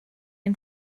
ein